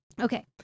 Okay